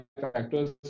factors